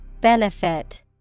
Benefit